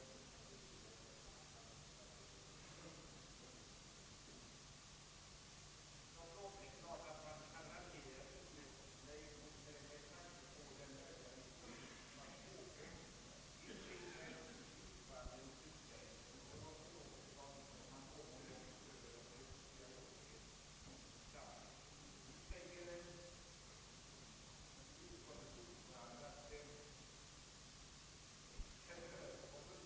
Låt mig få säga att jag absolut inte är emot att herr Erik Jansson raljerar.